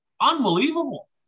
Unbelievable